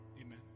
Amen